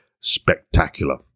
spectacular